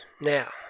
now